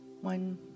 One